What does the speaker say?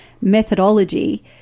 methodology